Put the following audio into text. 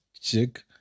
chick